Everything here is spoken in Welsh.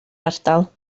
ardal